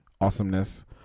awesomeness